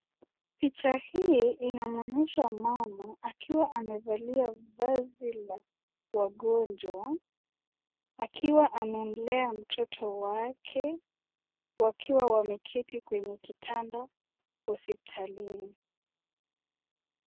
Picha hii inamwonyesha mama akiwa amevalia vazi la wagonjwa akiwa anamlea mtoto wake wakiwa wameketi kwenye kitanda hospitalini.